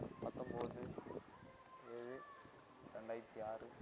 பத்தொம்பது ஏழு ரெண்டாயிரத்து ஆறு